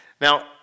Now